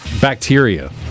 bacteria